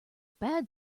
bad